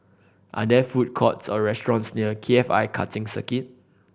are there food courts or restaurants near K F I Karting Circuit